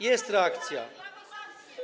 Jest reakcja.